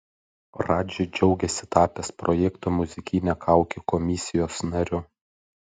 radži džiaugiasi tapęs projekto muzikinė kaukė komisijos nariu